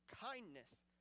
kindness